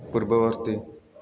ପୂର୍ବବର୍ତ୍ତୀ